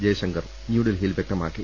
ജയശങ്കർ ന്യൂഡൽഹിയിൽ വ്യക്തമാക്കി